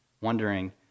wondering